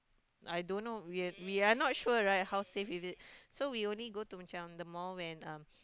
I don't know we are we are not sure right how safe is it so we only go to macam the mall when um